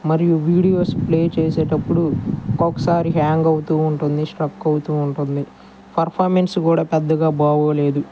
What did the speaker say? మరియు videos play చేసేటపుడు ఒకొక్కసారి హ్యాంగ్ అవుతుంటుంది స్ట్రక్ అవుతు ఉంటుంది ఫెర్ఫార్మెన్స్ కూడా పెద్దగా బాగోలేదు